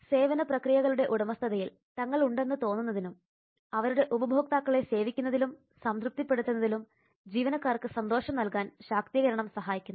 സേവന പ്രക്രിയകളുടെ ഉടമസ്ഥതയിൽ തങ്ങൾ ഉണ്ടെന്ന് തോന്നുന്നതിനും അവരുടെ ഉപഭോക്താക്കളെ സേവിക്കുന്നതിലും സംതൃപ്തിപ്പെടുത്തതിലും ജീവനക്കാർക്ക് സന്തോഷം നൽകാൻ ശാക്തീകരണം സഹായിക്കുന്നു